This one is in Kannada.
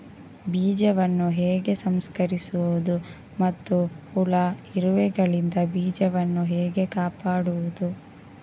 ಬೀಜವನ್ನು ಹೇಗೆ ಸಂಸ್ಕರಿಸುವುದು ಮತ್ತು ಹುಳ, ಇರುವೆಗಳಿಂದ ಬೀಜವನ್ನು ಹೇಗೆ ಕಾಪಾಡುವುದು?